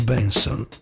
Benson